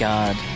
God